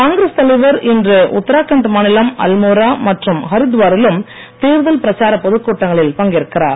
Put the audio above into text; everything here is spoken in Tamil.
காங்கிரஸ் தலைவர் இன்று உத்தராகண்ட் மாநிலம் அல்மோரா மற்றும் ஹரித்துவா ரிலும் தேர்தல் பிரச்சார பொதுக்கூட்டங்களில் பங்கேற்கிறார்